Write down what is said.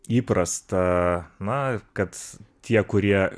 įprasta na kad tie kurie